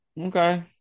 Okay